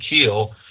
kill